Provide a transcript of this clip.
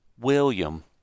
William